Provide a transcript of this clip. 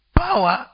power